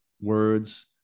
words